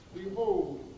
Behold